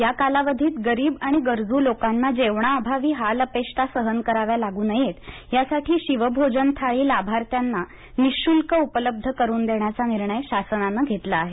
या कालावधीत गरीब आणि गरजू लोकांना जेवणाअभावी हाल अपेष्टा सहन कराव्या लागू नयेत यासाठी शिवभोजन थाळी लाभार्थ्याना निःशुल्क उपलब्ध करून देण्याचा निर्णय शासनानं घेतला आहे